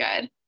good